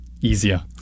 easier